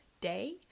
day